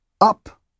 Up